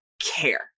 care